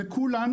לכולנו,